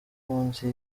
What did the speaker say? munsi